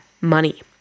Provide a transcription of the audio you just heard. money